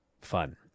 fun